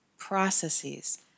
processes